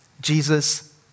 Jesus